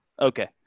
Okay